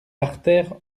artères